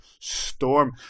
Storm